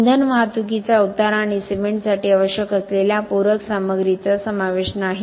इंधन वाहतुकीचा उतारा आणि सिमेंटसाठी आवश्यक असलेल्या पूरक सामग्रीचा समावेश नाही